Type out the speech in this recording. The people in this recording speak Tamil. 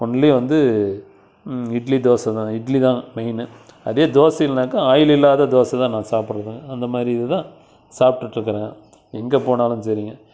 ஒன்லி வந்து இட்லி தோசை தான் இட்லி தான் மெயின்னு அதே தோசைல்னாக்கா ஆயில் இல்லாத தோசை தான் நான் சாப்பிடுவேன் அந்த மாதிரி இதுதான் சாப்பிட்டுட்டுருக்குறேன் எங்கே போனாலும் சரிங்க